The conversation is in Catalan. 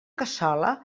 cassola